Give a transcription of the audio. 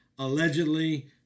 Allegedly